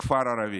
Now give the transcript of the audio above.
כפר ערבי.